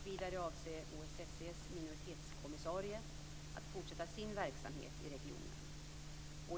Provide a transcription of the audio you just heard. Vidare avser OSSE:s minoritetskommissarie att fortsätta sin verksamhet i regionen.